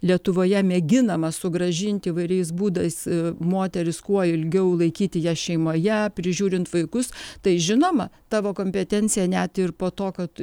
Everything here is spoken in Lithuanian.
lietuvoje mėginama sugrąžinti įvairiais būdais moteris kuo ilgiau laikyti ją šeimoje prižiūrint vaikus tai žinoma tavo kompetencija net ir po to kad